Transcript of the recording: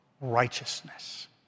righteousness